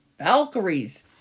Valkyries